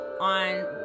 on